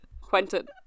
quentin